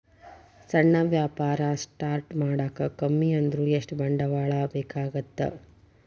ಸಣ್ಣ ವ್ಯಾಪಾರ ಸ್ಟಾರ್ಟ್ ಮಾಡಾಕ ಕಮ್ಮಿ ಅಂದ್ರು ಎಷ್ಟ ಬಂಡವಾಳ ಬೇಕಾಗತ್ತಾ